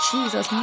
Jesus